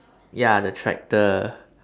ya the tractor